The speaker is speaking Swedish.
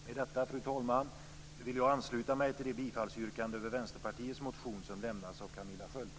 Med detta, fru talman, vill jag ansluta mig till det yrkande om bifall till Vänsterpartiets motion som framförts av Camilla Sköld.